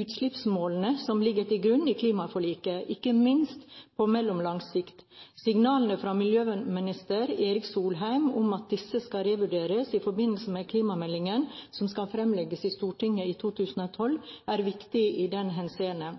utslippsmålene som ligger til grunn i klimaforliket, ikke minst på mellomlang sikt. Signalene fra miljøvernminister Erik Solheim om at disse skal revurderes i forbindelse med klimameldingen som skal fremlegges i Stortinget i 2012, er viktige i så henseende.